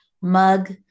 mug